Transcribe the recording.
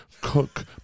cook